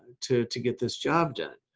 to to get this job done,